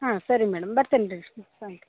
ಹಾಂ ಸರಿ ಮೇಡಮ್ ಬರ್ತೇನೆ ರೀ